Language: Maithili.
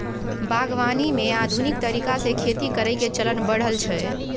बागवानी मे आधुनिक तरीका से खेती करइ के चलन बढ़ल छइ